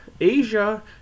Asia